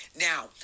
now